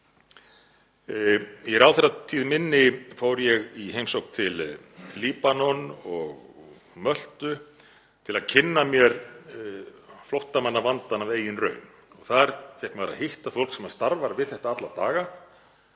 Í ráðherratíð minni fór ég í heimsókn til Líbanon og Möltu til að kynna mér flóttamannavandann af eigin raun. Þar fékk maður að hitta fólk sem starfar við þetta alla daga